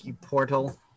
portal